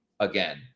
again